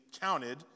counted